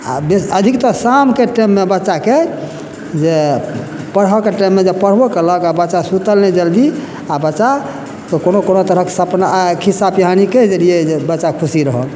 आ बेस अधिकतः शामके टाइममे बच्चाके जे पढ़ऽके टाइममे जे पढ़बो केलक आ बच्चा सुतल नहि जल्दी आ बच्चा तऽ कोनो कोनो तरहक सपना खिस्सा पिहानी के जरियै जे बच्चा खुशी रहल